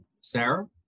Sarah